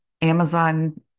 Amazon